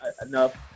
enough